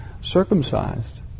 circumcised